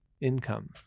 income